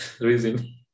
reason